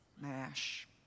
mash